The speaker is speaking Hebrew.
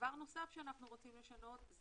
דבר נוסף שאנחנו רוצים לשנות,